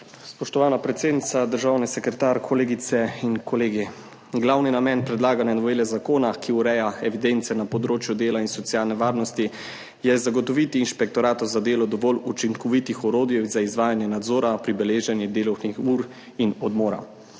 Spoštovana predsednica, državni sekretar, kolegice in kolegi! Glavni namen predlagane novele zakona, ki ureja evidence na področju dela in socialne varnosti je zagotoviti Inšpektoratu za delo dovolj učinkovitih orodij za izvajanje nadzora pri beleženju delovnih ur in odmora.